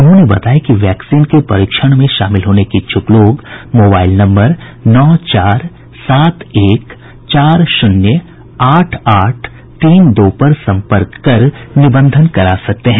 उन्होंने बताया कि वैक्सीन के परीक्षण में शामिल होने के इच्छुक लोग मोबाईल नम्बर नौ चार सात एक चार शून्य आठ आठ तीन दो पर संपर्क कर निबंधन करा सकते हैं